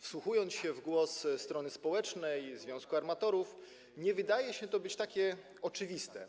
wsłuchiwałem się w głos strony społecznej, związku armatorów, i nie wydaje się to takie oczywiste.